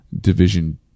division